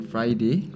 Friday